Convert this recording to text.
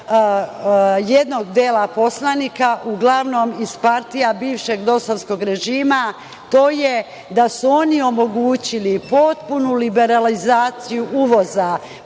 jednog dela poslanika uglavnom iz partija bivšeg dosovskog režima, to je da su oni omogućili potpunu liberalizaciju uvoza